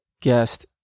guest